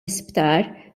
isptar